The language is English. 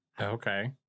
Okay